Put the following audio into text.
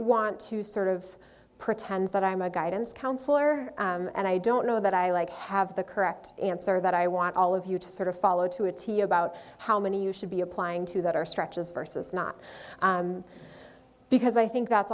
want to sort of pretend that i'm a guidance counselor and i don't know that i like have the correct answer that i want all of you to sort of follow to a t about how many you should be applying to that are stretches versus not because i think that's